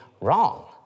wrong